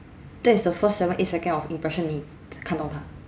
that is the first seven eight second of impression 你看到他